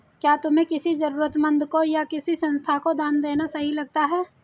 क्या तुम्हें किसी जरूरतमंद को या किसी संस्था को दान देना सही लगता है?